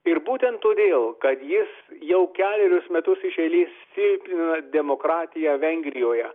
ir būtent todėl kad jis jau kelerius metus iš eilės silpnina demokratiją vengrijoje